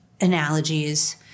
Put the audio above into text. analogies